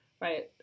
right